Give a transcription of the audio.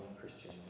Christian